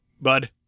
bud